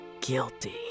Guilty